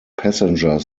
passenger